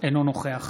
אינו נוכח